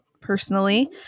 personally